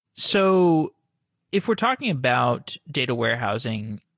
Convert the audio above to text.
so if we're talking about data warehousing,